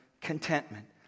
contentment